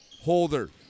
Holder